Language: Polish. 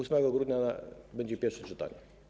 8 grudnia będzie pierwsze czytanie.